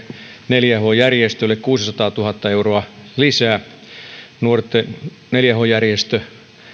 neljä h järjestölle kuusisataatuhatta euroa lisää varsinkin neljä h järjestö